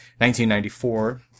1994